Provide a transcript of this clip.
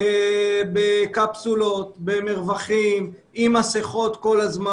בקפסולות ועם מסכות.